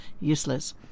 useless